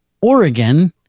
Oregon